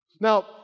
Now